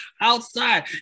outside